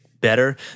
better